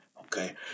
Okay